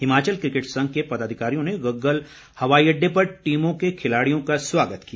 Himachal cricket संघ के पदाधिकारियों ने गग्गल हवाई अड्डे पर टीमों के खिलाड़ियों का स्वागत किया